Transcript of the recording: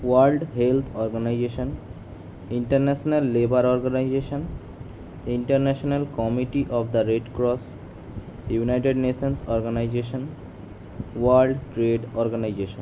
world Health Organization International Labour Organization International Committee of the Red Cross United Nations Organization World Trade organisation